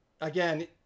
again